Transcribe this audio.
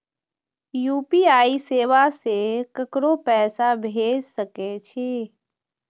UPI सेवा से ककरो पैसा भेज सके छी?